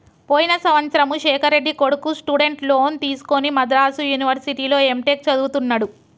పోయిన సంవత్సరము శేఖర్ రెడ్డి కొడుకు స్టూడెంట్ లోన్ తీసుకుని మద్రాసు యూనివర్సిటీలో ఎంటెక్ చదువుతున్నడు